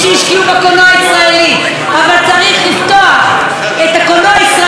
אבל צריך לפתוח את הקולנוע הישראלי למשקיעים נוספים.